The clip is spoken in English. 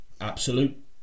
absolute